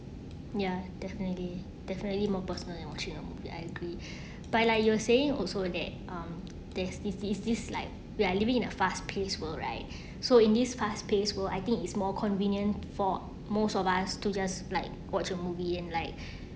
ya definitely definitely more personal than watching ya I agree but like you were saying also that um there's this this this like we are living in a fast paced world right so in this fast paced world I think is more convenient for most of us to just like watch a movie and like